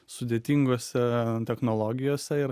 sudėtingose technologijose ir